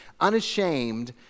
unashamed